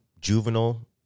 Juvenile